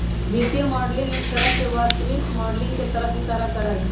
वित्तीय मॉडलिंग एक तरह से वास्तविक माडलिंग के तरफ इशारा करा हई